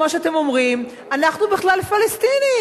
כמו שאתם אומרים: אנחנו בכלל פלסטינים?